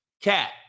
cat